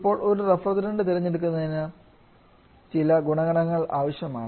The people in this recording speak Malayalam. ഇപ്പോൾ ഒരു റഫ്രിജറൻറ് തിരഞ്ഞെടുക്കുന്നതിന് ചില ഗുണഗണങ്ങൾ ആവശ്യമാണ്